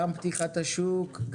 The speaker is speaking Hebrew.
גם פתיחת השוק,